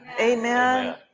Amen